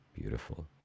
Beautiful